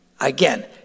Again